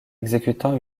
exécutant